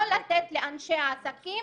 לא לתת לאנשי עסקים